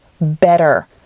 better